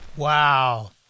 Wow